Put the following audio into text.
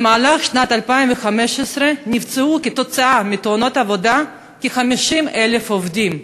במהלך שנת 2015 נפצעו בתאונות עבודה כ-50,000 עובדים,